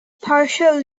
partial